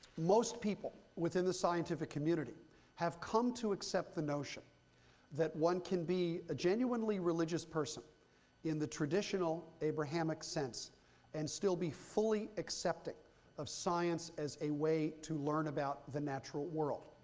most people within the scientific community have come to accept the notion that one can be a genuinely religious person in the traditional abrahamic sense and still be fully accepting of science as a way to learn about the natural world.